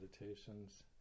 meditations